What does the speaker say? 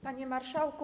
Panie Marszałku!